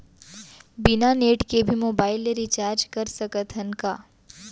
बिना नेट के भी मोबाइल ले रिचार्ज कर सकत हन का?